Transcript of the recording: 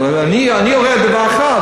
אבל אני יודע דבר אחד,